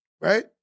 right